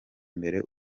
imbere